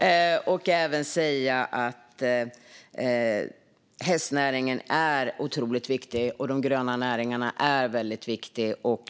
Jag vill även säga att hästnäringen är otroligt viktig, och de gröna näringarna är väldigt viktiga.